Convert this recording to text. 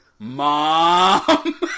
mom